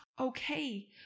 okay